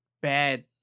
bad